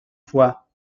fois